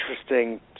interesting